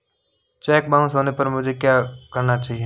Check bounce होने पर मुझे क्या करना चाहिए?